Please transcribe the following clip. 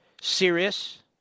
serious